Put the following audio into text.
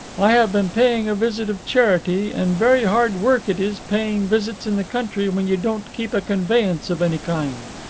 i have been paying a visit of charity, and very hard work it is paying visits in the country when you don't keep a conveyance of any kind,